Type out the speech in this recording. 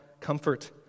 comfort